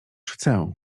chcę